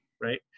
right